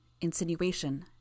Insinuation